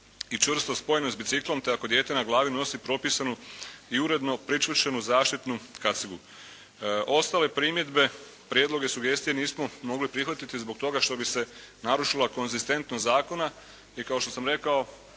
i čvrsto spojeno s biciklom te ako dijete na glavi nosi propisanu i uredno pričvršćenu zaštitnu kacigu. Ostale primjedbe, prijedloge, sugestije nismo mogli prihvatiti zbog toga što bi se narušila konzistentnost zakona i kao što sam rekao